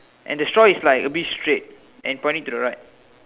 and the straw is like a bit straight and pointing to the right